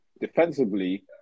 Defensively